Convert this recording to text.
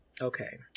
Okay